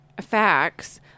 facts